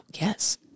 yes